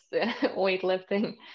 weightlifting